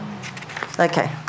Okay